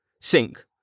Sink